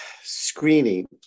screening